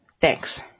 Thanks